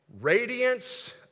radiance